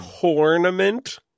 tournament